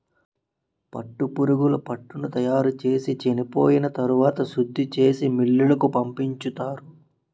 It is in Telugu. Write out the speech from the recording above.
పట్టుపురుగులు పట్టుని తయారుచేసి చెనిపోయిన తరవాత శుద్ధిచేసి మిల్లులకు పంపించుతారు